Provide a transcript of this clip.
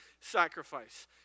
sacrifice